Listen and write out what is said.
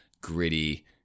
gritty